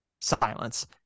silence